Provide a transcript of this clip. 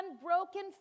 unbroken